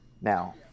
now